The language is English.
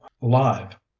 live